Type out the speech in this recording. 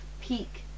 peak